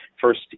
first